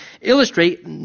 illustrate